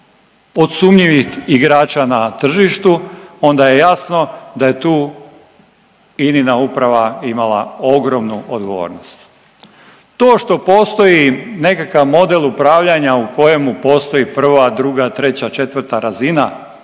od sumnjivih igrača na tržištu onda je jasno da je tu Inina uprava imala ogromnu odgovornost. To što postoji nekakav model upravljanja u kojemu postoji prva, druga, treća, četvrta razina